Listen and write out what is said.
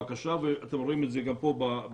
הקשה ואתם רואים את זה גם פה בשקף.